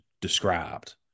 described